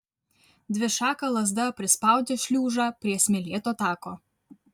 dvišaka lazda prispaudė šliužą prie smėlėto tako